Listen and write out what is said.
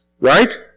right